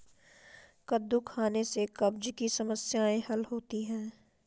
कद्दू खाने से कब्ज़ की समस्याए हल होती है